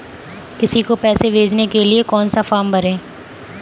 किसी को पैसे भेजने के लिए कौन सा फॉर्म भरें?